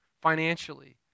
financially